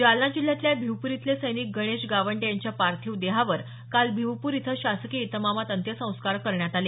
जालना जिल्ह्यातल्या भिवपूर इथले सैनिक गणेश गावंडे यांच्या पार्थिव देहावर काल भिवपूर इथं शासकीय इतमामात अंत्यसंस्कार करण्यात आले